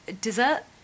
Dessert